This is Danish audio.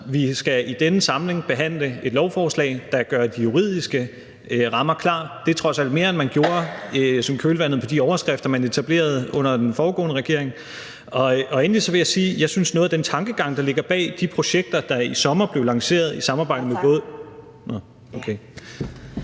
Vi skal i denne samling behandle et lovforslag, der gør de juridiske rammer klar. Det er trods alt mere, end man gjorde i kølvandet på de overskrifter, man etablerede under den foregående regering. Endelig vil jeg sige, at jeg synes, at noget af den tankegang, der ligger bag de projekter, der i sommer blev lanceret i samarbejde med både ...